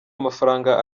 amafaranga